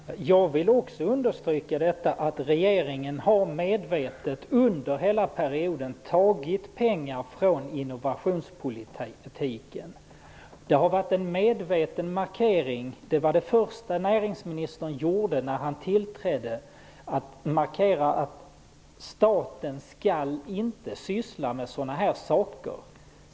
Herr talman! Jag vill också understryka att regeringen medvetet, under hela mandatperioden, har tagit pengar från innovationspolitiken. Det har varit en medveten markering. Det första som näringsministern gjorde när han tillträdde var att markera att staten inte skulle syssla med innovationspolitik.